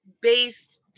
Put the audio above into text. based